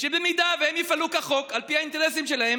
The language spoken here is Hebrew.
שאם הם יפעלו כחוק על פי האינטרסים שלהם,